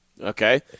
Okay